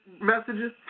messages